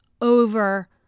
over